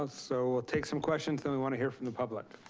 ah so we'll take some questions, then we want to hear from the public.